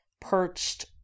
perched